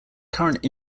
current